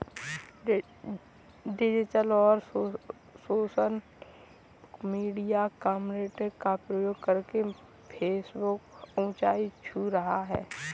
digital और social media marketing का प्रयोग करके फेसबुक ऊंचाई छू रहा है